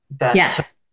Yes